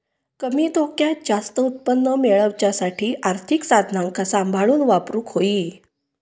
कमी धोक्यात जास्त उत्पन्न मेळवच्यासाठी आर्थिक साधनांका सांभाळून वापरूक होई